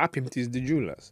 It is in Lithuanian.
apimtys didžiulės